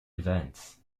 events